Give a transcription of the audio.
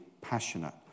passionate